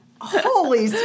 Holy